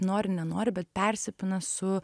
nori nenori bet persipina su